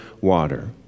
water